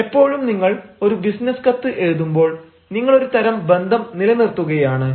എപ്പോഴും നിങ്ങൾ ഒരു ബിസിനസ് കത്ത് എഴുതുമ്പോൾ നിങ്ങൾ ഒരു തരം ബന്ധം നിലനിർത്തുകയാണ്